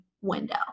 window